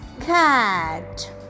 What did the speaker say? cat